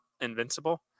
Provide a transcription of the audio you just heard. invincible